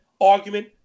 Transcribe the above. argument